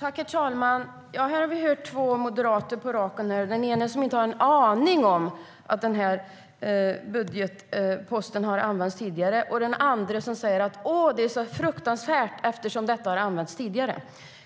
Herr talman! Här har vi hört två moderater. Den ene har ingen aning om att denna budgetpost har använts tidigare. Den andre säger att det är så fruktansvärt eftersom den har använts tidigare. Det här